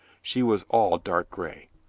she was all dark gray.